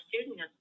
student